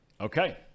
Okay